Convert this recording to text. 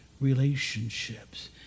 relationships